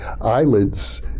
eyelids